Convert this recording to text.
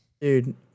dude